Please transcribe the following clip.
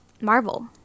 Marvel